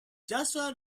joshua